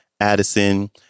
Addison